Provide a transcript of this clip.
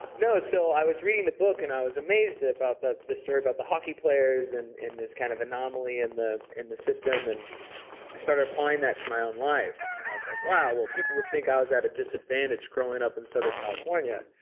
no, so i was reading the book and i was amazed about the the story about the hockey players and in this kind of anomaly in the in the system. and i started applying that to my own life and i was like, wow. well, people would think i was at a disadvantage growing up in southern california.